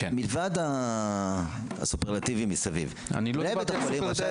מלבד הסופרלטיבים מסביב מנהל בית החולים רשאי